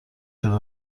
شده